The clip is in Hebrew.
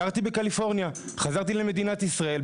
גרתי בקליפורניה וחזרתי למדינת ישראל.